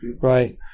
right